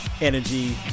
energy